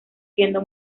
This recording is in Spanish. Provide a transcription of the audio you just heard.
siendo